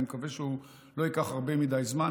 אני מקווה שהוא לא ייקח הרבה זמן,